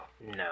No